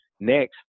next